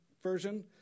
version